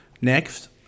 Next